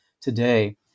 today